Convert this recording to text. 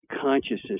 consciousness